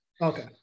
okay